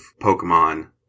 Pokemon